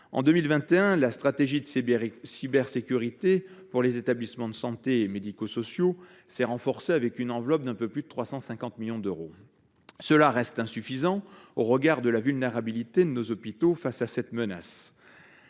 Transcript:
En 2021, la stratégie de cybersécurité pour les établissements de santé et les établissements médico sociaux s’est renforcée avec une enveloppe de 350 millions d’euros. Cela reste insuffisant au regard de la vulnérabilité de nos hôpitaux face à une telle menace.